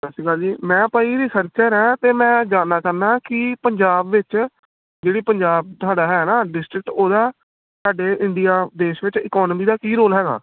ਸਤਿ ਸ਼੍ਰੀ ਅਕਾਲ ਜੀ ਮੈਂ ਭਾਈ ਰਿਸਰਚਰ ਹਾਂ ਅਤੇ ਮੈਂ ਜਾਣਨਾ ਚਾਹੁੰਦਾ ਕਿ ਪੰਜਾਬ ਵਿੱਚ ਜਿਹੜੀ ਪੰਜਾਬ ਤੁਹਾਡਾ ਹੈ ਨਾ ਡਿਸਟ੍ਰਿਕਟ ਉਹਦਾ ਸਾਡੇ ਇੰਡੀਆ ਦੇਸ਼ ਵਿੱਚ ਇਕੋਨਮੀ ਦਾ ਕੀ ਰੋਲ ਹੈਗਾ